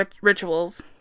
rituals